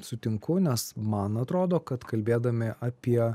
sutinku nes man atrodo kad kalbėdami apie